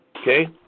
Okay